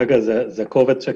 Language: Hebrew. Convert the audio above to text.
היכן היו הבדיקות,